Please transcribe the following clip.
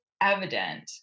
evident